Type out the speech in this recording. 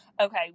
okay